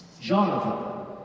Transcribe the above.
Jonathan